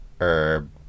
herb